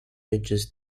ridges